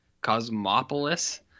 Cosmopolis